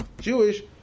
Jewish